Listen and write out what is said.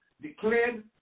declared